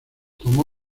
tomó